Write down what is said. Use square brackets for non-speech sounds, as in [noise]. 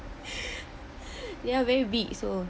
[laughs] ya very big so